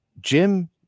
Jim